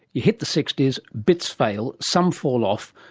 you hit the sixty s, bits fail, some fall off,